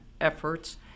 efforts